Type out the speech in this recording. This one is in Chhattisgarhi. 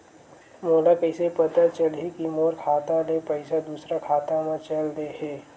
मोला कइसे पता चलही कि मोर खाता ले पईसा दूसरा खाता मा चल देहे?